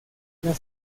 las